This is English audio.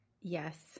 Yes